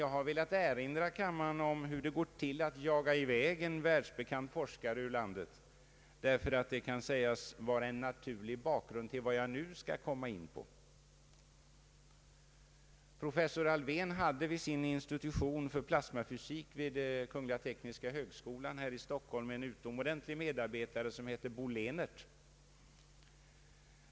Jag har velat erinra kammaren om hur det kan gå till att jaga i väg en världsbekant forskare ur landet, därför att det kan vara en naturlig bakgrund till vad jag nu skall säga. Professor Alfvén hade vid institutionen för plasmafysik vid Tekniska högskolan här i Stockholm en utomordentlig medarbetare, nämligen Bo Lehnert.